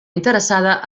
interessada